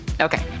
Okay